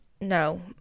no